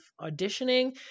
auditioning